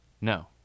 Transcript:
No